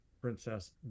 Princess